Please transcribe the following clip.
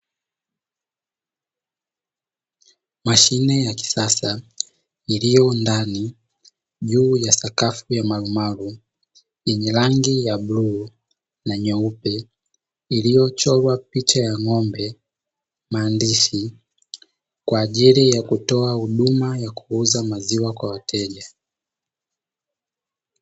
Mashine ya kisasa iliyo ndani juu ya sakafu ya malumalu, yenye rangi ya buluu na nyeupe. Iliyochorwa picha ya ng'ombe, maandishi kwa ajili ya kutoa huduma ya kuuza maziwa kwa wateja.